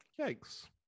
yikes